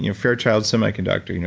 you know fairchild semiconductor, you know